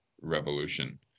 revolution